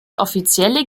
offizielle